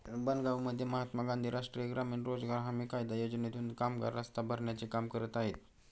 बनगावमध्ये महात्मा गांधी राष्ट्रीय ग्रामीण रोजगार हमी कायदा योजनेतून कामगार रस्ता भरण्याचे काम करत आहेत